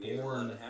born